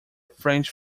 french